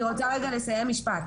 אני רוצה רגע לסיים משפט.